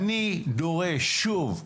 אני דורש שוב,